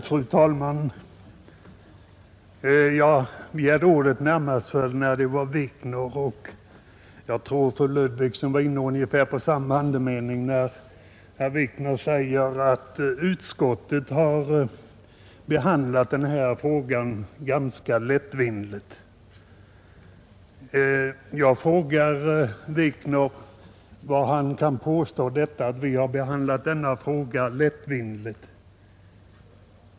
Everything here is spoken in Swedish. Fru talman! Jag begärde ordet närmast med anledning av att herr Wikner sade — och jag tror att fru Ludvigssons anförande hade ungefär samma andemening — att utskottet har behandlat denna fråga ganska lättvindigt. Jag frågar herr Wikner hur han kan påstå detta.